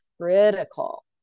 critical